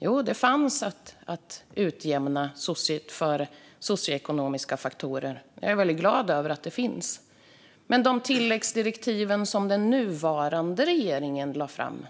Jo, där står det om att utjämna för socioekonomiska faktorer, och jag är väldigt glad över att det finns där. Men de tilläggsdirektiv som den nuvarande regeringen lade fram